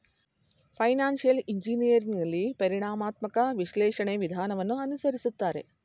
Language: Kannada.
ಫೈನಾನ್ಸಿಯಲ್ ಇಂಜಿನಿಯರಿಂಗ್ ನಲ್ಲಿ ಪರಿಣಾಮಾತ್ಮಕ ವಿಶ್ಲೇಷಣೆ ವಿಧಾನವನ್ನು ಅನುಸರಿಸುತ್ತಾರೆ